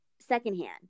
secondhand